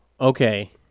okay